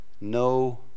no